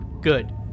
Good